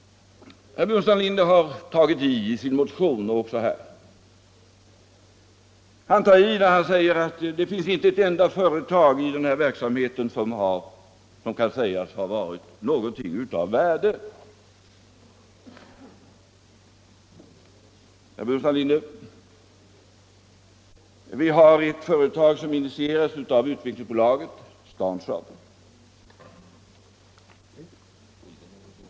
Herr Burenstam Linder har tagit i både i sin motion och här i kammaren. Han tar i när han säger att det finns inte ett enda företag i den här verksamheten som kan sägas ha varit någonting av värde. Herr Burenstam Linder! Vi har ett företag som initierats av Utvecklingsbolaget och som heter STANSAAB.